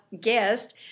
guest